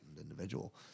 individual